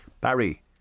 Barry